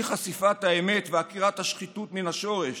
אי-חשיפת האמת ועקירת השחיתות מן השורש